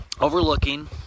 overlooking